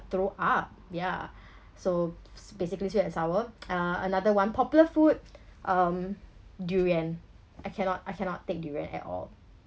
throw up ya so is basically sweet and sour uh another one popular food um durian I cannot I cannot take durian at all